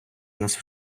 нас